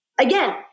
Again